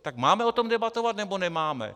Tak máme o tom debatovat, nebo nemáme?